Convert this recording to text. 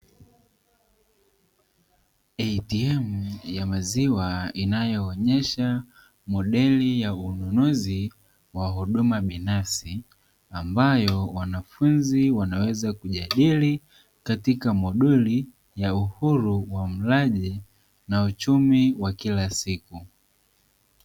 Atm ya maziwa inayoonyesha modeli ya ununuzi wa huduma binafsi ambayo wanafunzi wanaweza kujadili katika modeli ya uhuru wa mradi na uchumi wa kila siku.